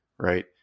Right